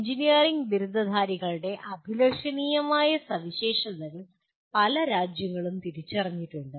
engineering ബിരുദധാരികളുടെ അഭിലഷണീയമായ സവിശേഷതകൾ പല രാജ്യങ്ങളും തിരിച്ചറിഞ്ഞിട്ടുണ്ട്